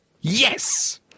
Yes